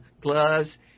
gloves